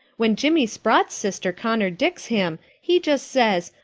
when jimmy sprott's sister conterdicks him he just says,